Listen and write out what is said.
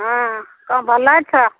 ହଁ କ'ଣ ଭଲ ଅଛ